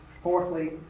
Fourthly